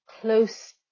close